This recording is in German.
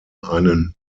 einen